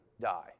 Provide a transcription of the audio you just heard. die